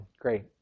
Great